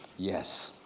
yes,